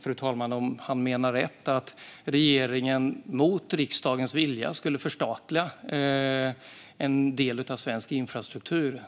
fru talman, om han menar att regeringen mot riksdagens vilja skulle förstatliga en del av svensk infrastruktur.